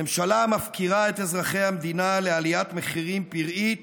ממשלה המפקירה את אזרחי המדינה לעליית מחירים פראית